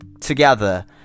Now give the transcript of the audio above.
together